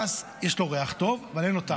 ההדס, יש לו ריח טוב, אבל אין לו טעם.